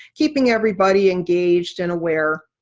keeping everybody engaged and aware.